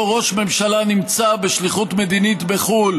ראש ממשלה נמצא בשליחות מדינית בחו"ל